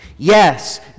Yes